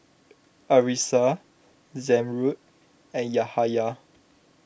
Arissa Zamrud and Yahaya